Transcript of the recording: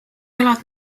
elad